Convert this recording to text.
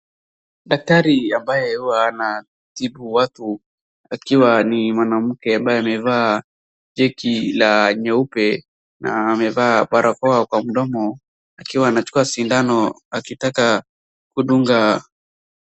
Daktari ambaye huwa anatibu watu akiwa ni mwanamke ambaye amevaa jeki la nyeupe na amevaa barakoa kwa mdomo akiwa anachukua sindano akitaka kudunga.